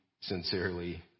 sincerely